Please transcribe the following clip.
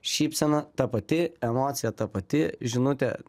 šypsena ta pati emocija ta pati žinutė